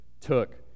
took